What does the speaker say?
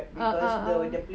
ah ah ah